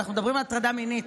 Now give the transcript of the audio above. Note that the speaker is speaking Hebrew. אנחנו מדברים על הטרדה מינית,